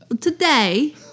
Today